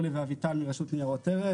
אורלי ואביטל מרשות לניירות ערך.